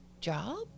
job